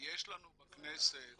לנו בכנסת